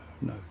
No